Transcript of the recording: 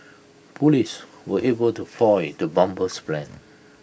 Police were able to foil the bomber's plans